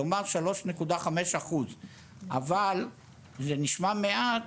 כלומר 3.5%. אבל זה נשמע מעט,